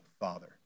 father